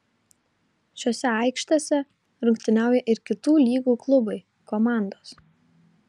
šiose aikštėse rungtyniauja ir kitų lygų klubai komandos